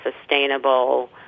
sustainable